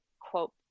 quote